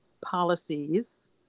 policies